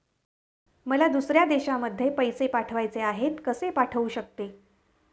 मला दुसऱ्या देशामध्ये पैसे पाठवायचे आहेत कसे पाठवू शकते?